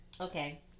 Okay